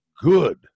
good